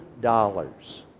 dollars